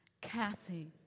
Kathy